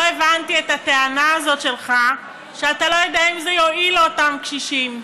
לא הבנתי את הטענה הזו שלך שאתה לא יודע אם זה יועיל לאותם קשישים.